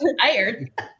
tired